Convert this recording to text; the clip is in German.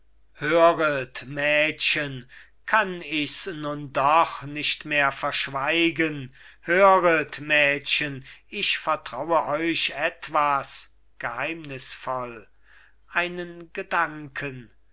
mädchen kann ichs nun doch nicht mehr verschweigen höret mädchen ich vertraue euch etwas geheimnisvoll einen gedanken